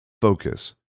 focus